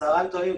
צהריים טובים,